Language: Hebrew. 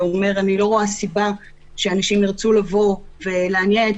שאומר שאין סיבה שאנשים ירצו לבוא ולהניע את